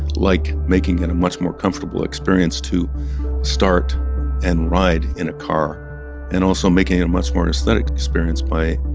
like making it a much more comfortable experience to start and ride in a car and also making it a much more aesthetic experience by,